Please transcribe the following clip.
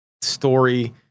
story